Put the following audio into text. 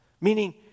Meaning